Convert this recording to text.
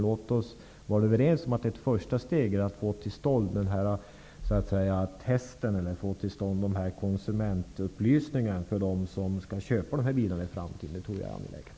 Låt oss vara överens om att ett första steg är att få till stånd konsumentupplysningar för dem som skall köpa de här bilarna i framtiden. Det tror jag är angeläget.